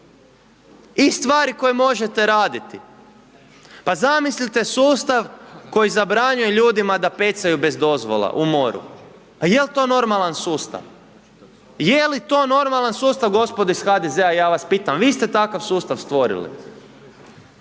i stvari koje možete raditi. Pa zamislite sustav koji zabranjuje ljudima da pecaju bez dozvola u moru, pa jel' to normalan sustav? Je li to normalan sustav, gospodo iz HDZ-a vas pitam, vi ste takav sustav stvorili?